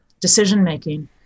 decision-making